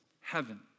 heaven